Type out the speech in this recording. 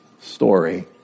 story